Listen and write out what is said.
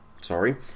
sorry